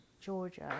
Georgia